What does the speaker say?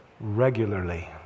regularly